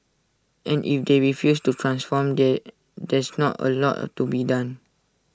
and if they refuse to transform the there's not A lot to be done